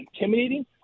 intimidating